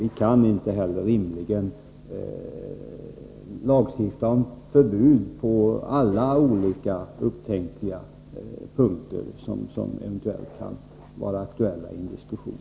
Vi kan inte rimligen lagstifta om förbud på alla upptänkliga punkter som kan vara aktuella i en diskussion.